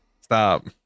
Stop